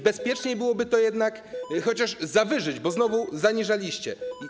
Bezpieczniej byłoby to jednak chociaż zawyżyć, bo znowu zaniżyliście.